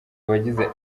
abagize